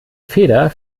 feder